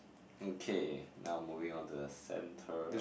okay now moving on to the center